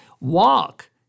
walk